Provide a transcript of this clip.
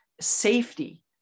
safety